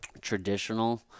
traditional